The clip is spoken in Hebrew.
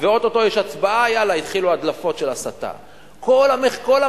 50% ערך קרקע, ואז התחילו הדלפות שזה הכול לחרדים.